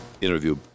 Interview